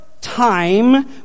Time